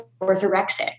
orthorexic